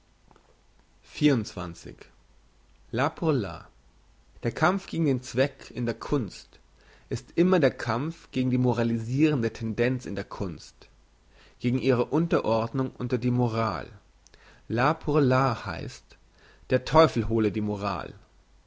l'art pour l'art der kampf gegen den zweck in der kunst ist immer der kampf gegen die moralisirende tendenz in der kunst gegen ihre unterordnung unter die moral l'art pour l'art heisst der teufel hole die moral